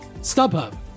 StubHub